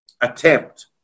attempt